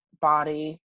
body